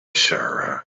sara